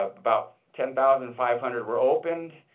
about ten thousand five hundred were opened.